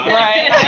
right